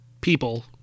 people